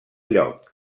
lloc